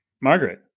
margaret